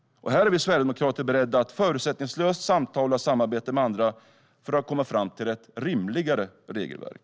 Här är vi sverigedemokrater beredda att förutsättningslöst samtala och samarbeta med andra för att komma fram till ett rimligare regelverk.